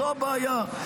זו הבעיה.